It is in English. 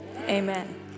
amen